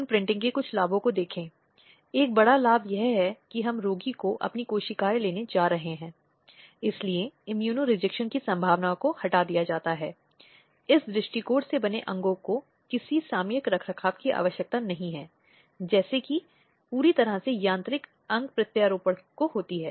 महिलाओं के साथ संपर्क को रोकना व्यक्ति को होने वाली किसी भी हिंसा को रोकना किसी अन्य व्यक्ति को या स्वयं महिलाओं को किसी भी वित्तीय कार्रवाई को रोकने के लिए अपराधी द्वारा महिलाओं की क्षति रोकने के लिए लिया गया है